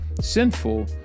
sinful